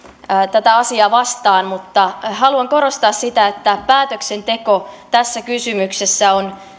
tätä asiaa vastaan mutta haluan korostaa sitä että päätöksenteko tässä kysymyksessä on